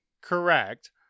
Correct